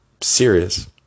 Serious